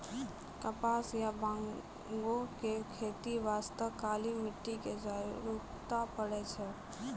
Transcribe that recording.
कपास या बांगो के खेती बास्तॅ काली मिट्टी के जरूरत पड़ै छै